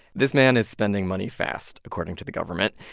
this man is spending money fast, according to the government.